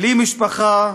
בלי משפחה,